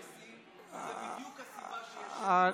זאת בדיוק הסיבה שיש שמיות,